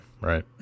right